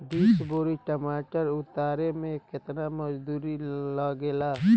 बीस बोरी टमाटर उतारे मे केतना मजदुरी लगेगा?